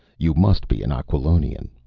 you must be an aquilonian.